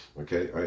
Okay